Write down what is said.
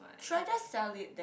should I just sell it then